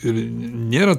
ir nėra